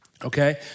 okay